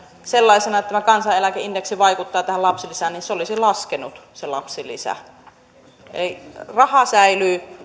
sellaisena että tämä kansaneläkeindeksi vaikuttaa tähän lapsilisään niin se lapsilisä olisi laskenut lapsilisä säilyy